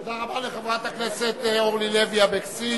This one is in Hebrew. תודה רבה לחברת הכנסת אורלי לוי אבקסיס.